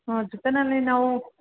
ಹ್ಞೂ ಚಿಕ್ಕಂದಿನಲ್ಲಿ ನಾವು